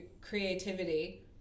creativity